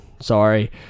sorry